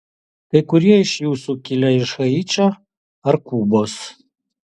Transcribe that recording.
kai kurie iš jūsų kilę iš haičio ar kubos